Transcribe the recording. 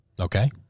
Okay